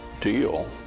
deal